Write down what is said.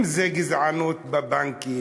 אם זה גזענות בבנקים,